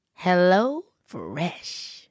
HelloFresh